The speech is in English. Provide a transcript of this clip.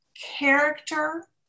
character